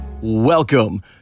Welcome